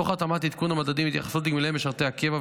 תוך התאמת עדכון המדדים בהתייחסות לגמלאות משרתי הקבע,